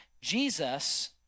Jesus